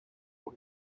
for